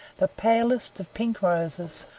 the palest of pink roses,